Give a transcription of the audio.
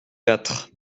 quatre